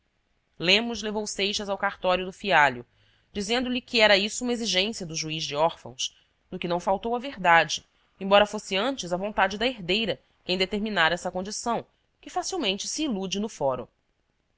lemos levou seixas ao cartório do fialho dizendo-lhe que era isso uma exigência do juiz de órfãos no que não faltou à verdade embora fosse antes a vontade da herdeira quem determinara essa condição que facilmente se ilude no foro